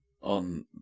on